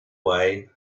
way